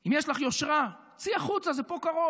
אם יש לך יושרה, תצאי החוצה, זה פה קרוב.